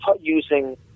using